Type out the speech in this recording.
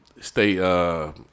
stay